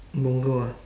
punggol ah